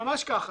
ממש ככה.